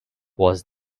was